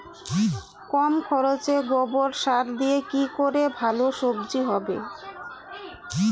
কম খরচে গোবর সার দিয়ে কি করে ভালো সবজি হবে?